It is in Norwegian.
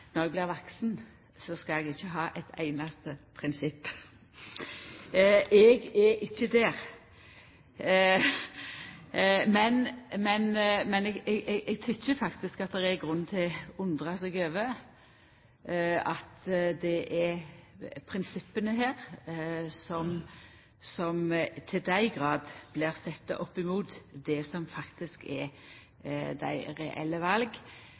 Når eg blir vaksen, skal eg ikkje ha eit einaste prinsipp! Eg er ikkje der. Men eg tykkjer faktisk at det er grunn til å undra seg over at det er prinsippa her som til dei grader blir sette opp imot det som faktisk er dei reelle